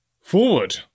Forward